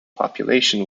population